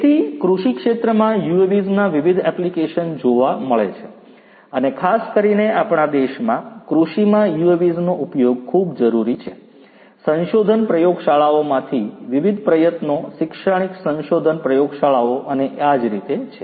તેથી કૃષિ ક્ષેત્રમાં UAVs ના વિવિધ એપ્લીકેશન જોવા મળે છે અને ખાસ કરીને આપણા દેશમાં કૃષિમાં UAVsનો ઉપયોગ ખૂબ જ જરૂરી છે સંશોધન પ્રયોગશાળાઓમાંથી વિવિધ પ્રયત્નો શૈક્ષણિક સંશોધન પ્રયોગશાળાઓ અને આ જ રીતે છે